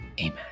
Amen